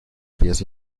pies